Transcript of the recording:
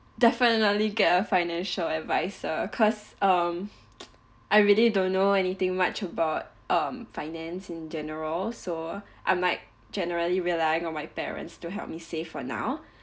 definitely get a financial adviser cause um I really don't know anything much about um finances in general so I'm like generally relying on my parents to help me save for now